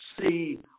see